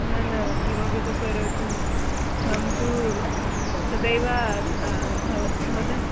न न किमपि तु करोतु अहं तु सदैव भवतः भवतः